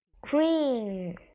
cream